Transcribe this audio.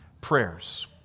prayers